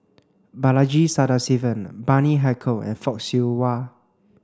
Balaji Sadasivan Bani Haykal and Fock Siew Wah